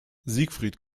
siegfried